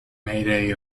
made